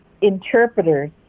interpreters